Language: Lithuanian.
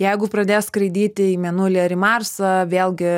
jeigu pradės skraidyti į mėnulį ar į marsą vėlgi